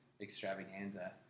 extravaganza